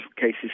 cases